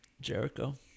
Jericho